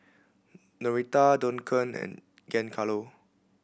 Norita Duncan and Giancarlo